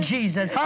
Jesus